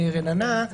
רננה,